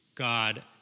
God